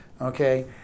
Okay